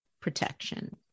protection